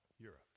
Europe